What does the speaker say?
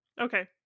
Okay